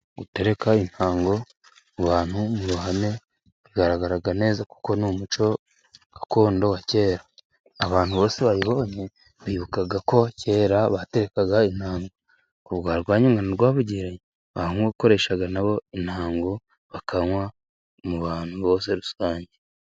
Gutereka intango mu bantu mu ruhame ,bigaragara neza kuko ni umuco gakondo wa kera abantu bose bayibonye bibukaga ko kera baterekaga intango . Ku bwa Rwanyonga na Rwabugiri, bakoreshaga naho intango , bakanywa mu bantu bose rusange.